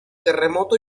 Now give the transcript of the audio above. terremoto